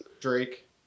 Drake